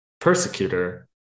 persecutor